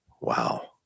Wow